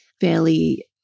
fairly